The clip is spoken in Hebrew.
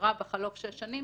העבירה בחלוף שש שנים